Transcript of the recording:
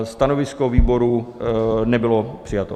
Stanovisko výboru nebylo přijato.